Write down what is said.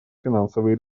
финансовые